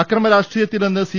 അക്രമ രാഷ്ട്രീയത്തിൽ നി ന്ന് സി